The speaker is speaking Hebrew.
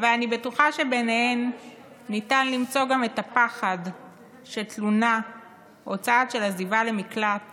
אבל אני בטוחה שבהן ניתן למצוא גם את הפחד שתלונה או צעד של עזיבה למקלט